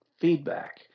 feedback